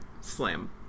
slam